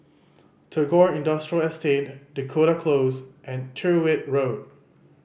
Tagore Industrial Estate Dakota Close and Tyrwhitt Road